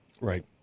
Right